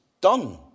done